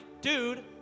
dude